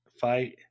fight